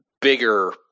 bigger